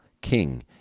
king